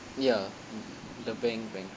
ya the bank bankrupt